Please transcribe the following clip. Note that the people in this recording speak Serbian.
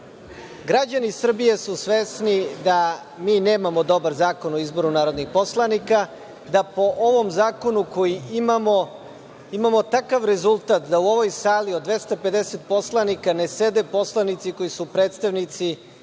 Srbije su svesni da mi nemamo dobar Zakon o izboru narodnih poslanika, da po ovom zakonu koji imamo imamo takav rezultat da u ovoj sali od 250 poslanika ne sede poslanici koji su predstavnici